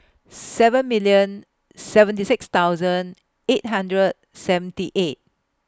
seven million seventy six thousand eight hundred seventy eight